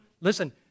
Listen